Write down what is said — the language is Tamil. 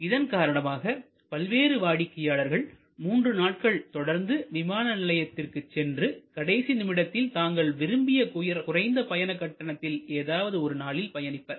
இதன் காரணமாக பல்வேறு வாடிக்கையாளர்கள் மூன்று நாட்கள் தொடர்ந்து விமான நிலையத்திற்கு சென்று கடைசி நிமிடத்தில் தாங்கள் விரும்பிய குறைந்த பயண கட்டணத்தில் ஏதாவது ஒரு நாளில் பயணிப்பர்